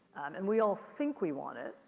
and we all think we want it,